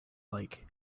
like